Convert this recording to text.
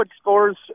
scores